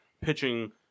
pitching